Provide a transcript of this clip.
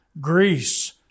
Greece